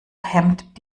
hemmt